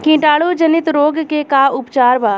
कीटाणु जनित रोग के का उपचार बा?